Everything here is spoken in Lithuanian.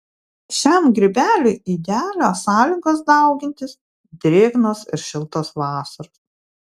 šiam grybeliui idealios sąlygos daugintis drėgnos ir šiltos vasaros